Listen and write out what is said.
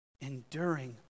enduring